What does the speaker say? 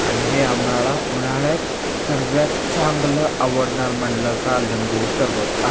आणि हे आम्हाला उन्हाळ्यात सर्वात चांगलं आवडणार म्हटलं का लिंबू सरबत आहे